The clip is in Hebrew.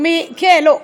קודם כול,